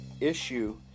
issue